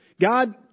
God